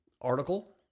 article